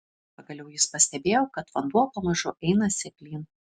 pagaliau jis pastebėjo kad vanduo pamažu eina seklyn